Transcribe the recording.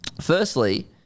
firstly